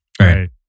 Right